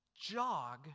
jog